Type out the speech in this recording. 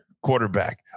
quarterback